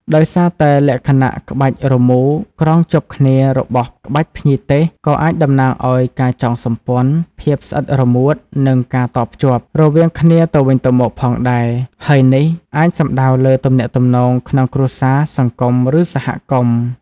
ដោយសារតែលក្ខណៈក្បាច់រមូរក្រងជាប់គ្នារបស់ក្បាច់ភ្ញីទេសក៏អាចតំណាងឱ្យ ការចងសម្ព័ន្ធ ភាពស្អិតរមួត និងការតភ្ជាប់ រវាងគ្នាទៅវិញទៅមកផងដែរ ហើយនេះអាចសំដៅលើទំនាក់ទំនង ក្នុងគ្រួសារ សង្គម ឬសហគមន៍។